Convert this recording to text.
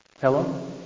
Hello